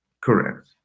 Correct